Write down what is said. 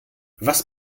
was